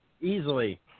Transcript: Easily